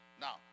now